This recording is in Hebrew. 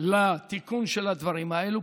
לתיקון של הדברים האלה,